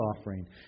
offering